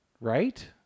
right